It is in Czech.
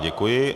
Děkuji.